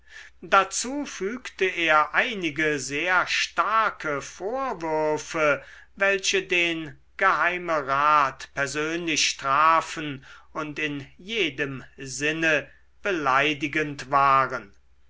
dazu fügte er einige sehr starke vorwürfe welche den geheimerat persönlich trafen und in jedem sinne beleidigend waren